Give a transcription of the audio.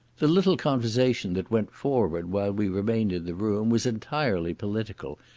the little conversation that went forward while we remained in the room, was entirely political,